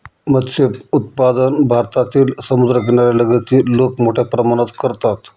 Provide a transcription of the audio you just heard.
मत्स्य उत्पादन भारतातील समुद्रकिनाऱ्या लगतची लोक मोठ्या प्रमाणात करतात